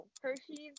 Hershey's